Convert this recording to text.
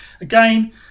Again